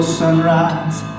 sunrise